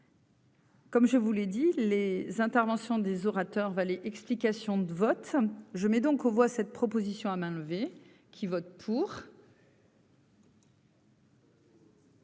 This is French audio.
Comme je vous l'ai dit les interventions des orateurs Valais. Explications de vote, je mets donc aux voix cette proposition à main levée qui vote pour.